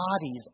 bodies